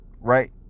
Right